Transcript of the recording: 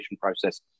process